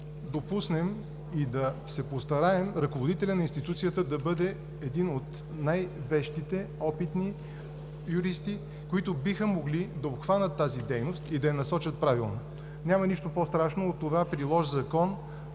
допуснем и да се постараем ръководителят на институцията да бъде един от най-вещите, опитни юристи, които биха могли да обхванат тази дейност и да я насочат правилно. Няма нищо по-страшно от това при лош Закон